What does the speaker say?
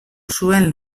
zuen